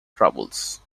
troubles